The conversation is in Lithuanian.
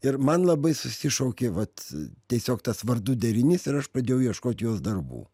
ir man labai susišaukė vat tiesiog tas vardų derinys ir aš pradėjau ieškot jos darbų